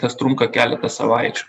tas trunka keletą savaičių